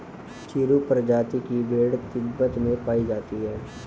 चिरु प्रजाति की भेड़ तिब्बत में पायी जाती है